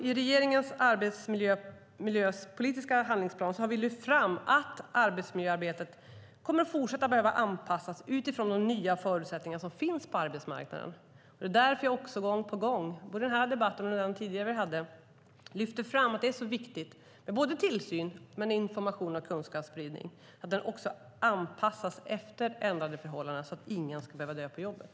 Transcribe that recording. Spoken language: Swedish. I regeringens arbetsmiljöpolitiska handlingsplan har vi lyft fram att arbetsmiljöarbetet kommer att fortsätta att behöva anpassas utifrån de nya förutsättningar som finns på arbetsmarknaden. Det är därför som jag gång på gång både i denna debatt och i den tidigare vi hade lyfter fram att det är viktigt med både tillsyn och information och kunskapsspridning. Det ska också anpassas efter ändrade förhållanden så att ingen ska behöva dö på jobbet.